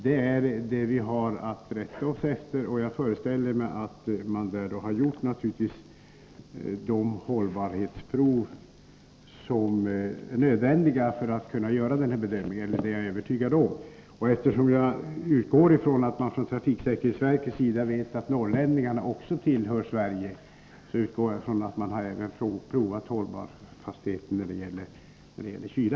Det är det vi har att rätta oss efter, och jag är övertygad om att man har gjort de hållbarhetsprov som är nödvändiga för att kunna göra denna bedömning. Jag utgår ifrån att man från trafiksäkerhetsverkets sida vet att norrlänningarna också tillhör Sverige och därför även har provat hållbarheten när det gäller kyla.